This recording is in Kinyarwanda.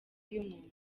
y’umuntu